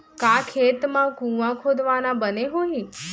का खेत मा कुंआ खोदवाना बने होही?